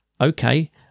Okay